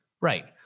Right